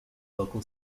local